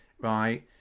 right